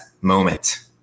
moment